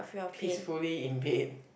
peacefully in pain